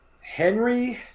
Henry